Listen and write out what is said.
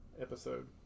episode